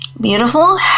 Beautiful